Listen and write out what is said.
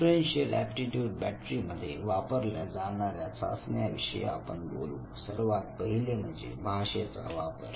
differential aptitude battery मध्ये वापरल्या जाणाऱ्या चाचण्या विषयी आपण बोलू सर्वात पहिले म्हणजे भाषेचा वापर